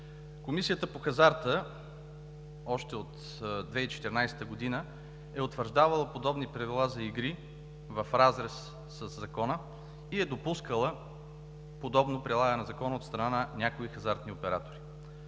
Комисията по хазарта още от 2014 г. е утвърждавала подобни правила за игри в разрез със Закона и е допускала подобно прилагане на Закона от страна на някои хазартни оператори.